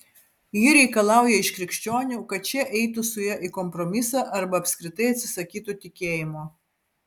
ji reikalauja iš krikščionių kad šie eitų su ja į kompromisą arba apskritai atsisakytų tikėjimo